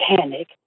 panic